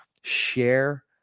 share